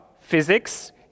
physics